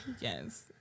yes